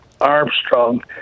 Armstrong